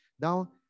Now